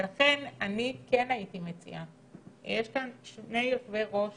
לכן, אני כן הייתי מציעה: יש כאן שני יושבי-ראש